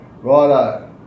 Righto